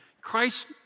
Christ